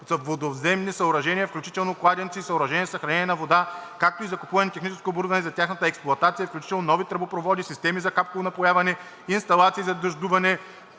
водовземни съоръжения, включително кладенци и съоръжения за съхранение на вода, както и закупуване на техническо оборудване за тяхната експлоатация, включително нови тръбопроводи, системи за капково напояване, инсталации за дъждуване,